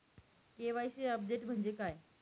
KYC update म्हणजे काय?